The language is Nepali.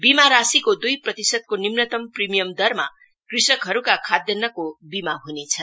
बीमा राशिको दूई प्रतिशतको निम्नतम प्रिमियम दरमा कृषकहरूका खाद्यान्नको बीमा हनेछ